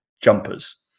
jumpers